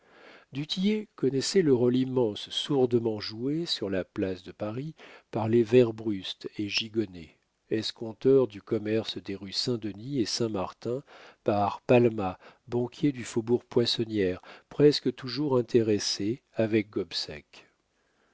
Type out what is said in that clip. du tillet connaissait le rôle immense sourdement joué sur la place de paris par les werbrust et gigonnet escompteurs du commerce des rues saint-denis et saint-martin par palma banquier du faubourg poissonnière presque toujours intéressés avec gobseck